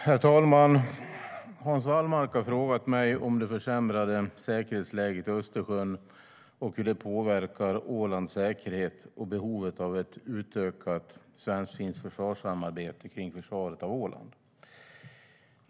Herr talman! Hans Wallmark har frågat mig om det försämrade säkerhetsläget i Östersjön och hur det påverkar Ålands säkerhet och behovet av ett utökat svensk-finskt försvarssamarbete kring försvaret av Åland.